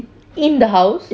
in the house